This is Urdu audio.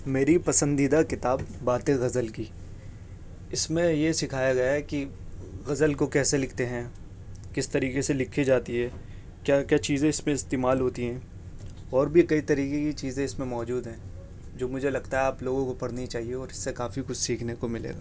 میری پسندیدہ کتاب باتیں غزل کی اس میں یہ سیکھایا گیا ہے کہ غزل کو کیسے لکھتے ہیں کس طریقے سے لکھی جاتی ہے کیا کیا چیزیں اس پہ استعمال ہوتی ہیں اور بھی کئی طریقے کی چیزیں اس میں موجود ہیں جو مجھے لگتا ہے آپ لوگوں کو پڑھنی چاہیے اور اس سے کافی کچھ سیکھنے کو ملے گا